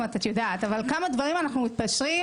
אבל כמה דברים אנחנו מתפשרים